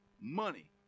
money